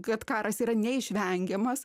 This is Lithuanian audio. kad karas yra neišvengiamas